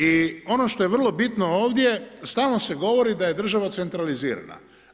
I ono što je vrlo bitno ovdje, stalno se govori da je država centralizirana.